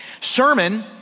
sermon